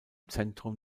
zentrum